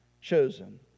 chosen